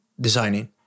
designing